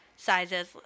Sizes